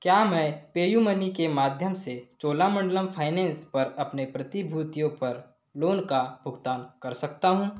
क्या मैं पेयूमनी के माध्यम से चोलामंडलम फ़ाइनैन्स पर अपने प्रतिभूतियों पर लोन का भुगतान कर सकता हूँ